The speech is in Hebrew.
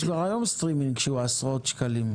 יש כבר היום סטרימינג שהוא עשרות שקלים,